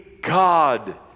God